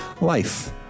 Life